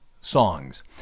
songs